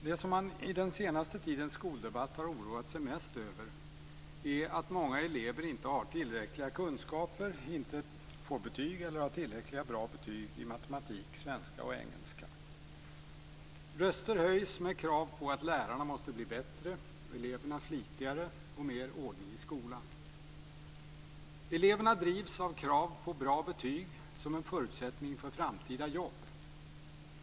Fru talman! Det som man i den senaste tidens skoldebatt har oroat sig mest över är att många elever inte har tillräckliga kunskaper, inte får betyg eller inte har tillräckligt bra betyg i matematik, svenska och engelska. Röster höjs med krav på att lärarna måste bli bättre, eleverna måste bli flitigare och att det måste bli mer ordning i skolan. Eleverna drivs av krav på bra betyg som en förutsättning för framtida jobb.